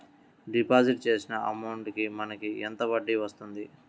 Deposit చేసిన amount కి మనకి ఎంత వడ్డీ వస్తుంది?